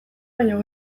baino